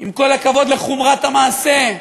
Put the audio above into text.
עם כל הכבוד לחומרת המעשה,